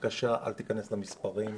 בבקשה אל תיכנס למספרים.